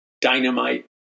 dynamite